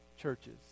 churches